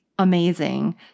amazing